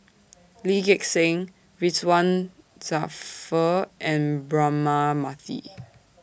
Lee Gek Seng Ridzwan Dzafir and Braema Mathi